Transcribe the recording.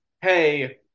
hey